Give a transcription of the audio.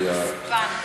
לרסן את השפה.